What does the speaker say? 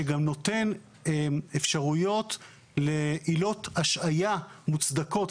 שגם נותן אפשרויות לעילות השהיה מוצדקות,